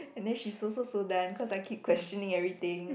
and then she also so done cause I keep questioning everything